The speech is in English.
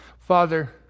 Father